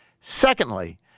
Secondly